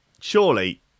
Surely